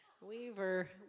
Weaver